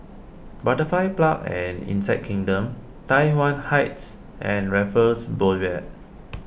Butterfly Park and Insect Kingdom Tai Yuan Heights and Raffles Boulevard